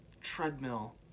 treadmill